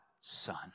son